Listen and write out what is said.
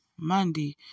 monday